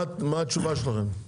מה התשובה שלכם?